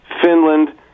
Finland